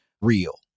real